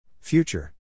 Future